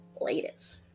latest